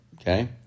okay